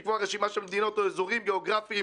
לקבוע רשימה של מדינות או אזורים גיאוגרפיים